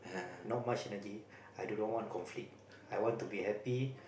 not much energy I do not want conflict I want to be happy